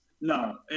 No